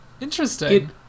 interesting